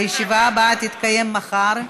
הישיבה הבאה תתקיים מחר,